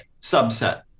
subset